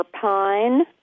pine